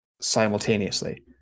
simultaneously